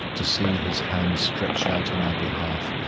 to see his hand stretched out on our behalf,